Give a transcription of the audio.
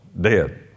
Dead